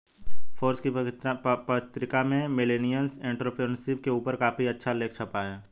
Forbes की पत्रिका में मिलेनियल एंटेरप्रेन्योरशिप के ऊपर काफी अच्छा लेख छपा है